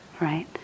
right